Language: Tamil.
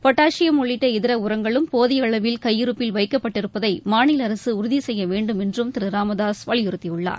பொட்டாசியம் உள்ளிட்ட இதர உரங்களும் போதிய அளவில் கையிருப்பில் வைக்கப்பட்டிருப்பதை மாநில அரசு உறுதி செய்ய வேண்டும் என்றும் திரு ராமதாசு வலியுறுத்தியுள்ளார்